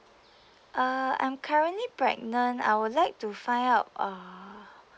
uh I'm currently pregnant I would like to find out uh